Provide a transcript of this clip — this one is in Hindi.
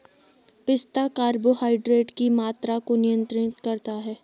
पिस्ता कार्बोहाइड्रेट की मात्रा को नियंत्रित करता है